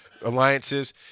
alliances